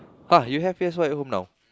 uh you have fierce wide home now